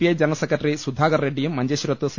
I general secretary Sudhakar റെഡ്ഡിയും മഞ്ചേശ്വരത്ത് C